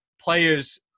players